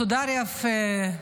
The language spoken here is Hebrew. מסודר יפה,